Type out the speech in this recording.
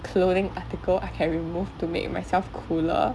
clothing article I can remove to make myself cooler